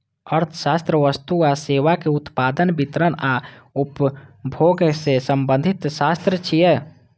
अर्थशास्त्र वस्तु आ सेवाक उत्पादन, वितरण आ उपभोग सं संबंधित शास्त्र छियै